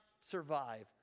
survive